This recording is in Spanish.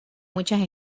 muchas